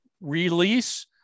release